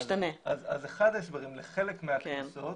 אז אחד ההסברים לחלק מהקנסות,